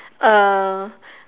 uh